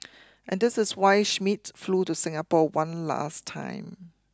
and this is why Schmidt flew to Singapore one last time